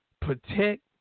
protect